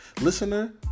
listener